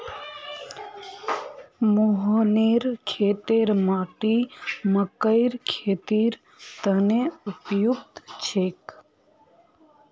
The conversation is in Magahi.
मोहनेर खेतेर माटी मकइर खेतीर तने उपयुक्त छेक